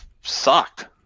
sucked